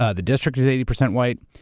ah the district is eighty percent white.